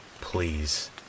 Please